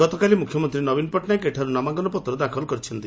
ଗତକାଲି ମୁଖ୍ୟମନ୍ତୀ ନବୀନ ପଟ୍ଟନାୟକ ଏଠାରୁ ନାମାଙ୍କନପତ୍ର ଦାଖଲ କରିଛନ୍ତି